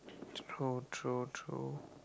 throw throw throw